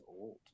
old